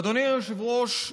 אדוני היושב-ראש,